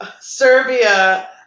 Serbia